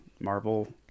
Marvel